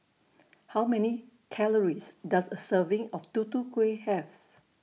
How Many Calories Does A Serving of Tutu Kueh Have